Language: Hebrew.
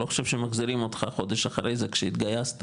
לא חושב שמחזירים אותך חודש אחרי זה כשהתגייסת,